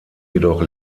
jedoch